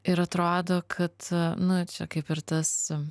ir atrodo kad na čia kaip ir tas